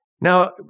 Now